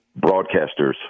broadcasters